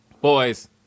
Boys